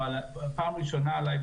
אבל בפעם הראשונה אולי,